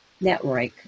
Network